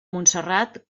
montserrat